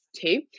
two